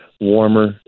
warmer